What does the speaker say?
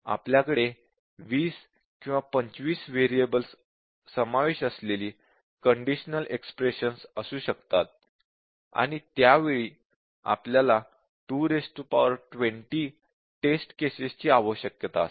आपल्याकडे 20 किंवा 25 व्हेरिएबल्स समावेश असलेली कंडिशनल एक्स्प्रेशनस असू शकतात आणि त्यावेळी आपल्याला 220 टेस्ट केसेस ची आवश्यकता असेल